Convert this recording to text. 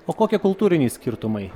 o kokie kultūriniai skirtumai